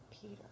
Peter